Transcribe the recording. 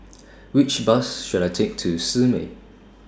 Which Bus should I Take to Simei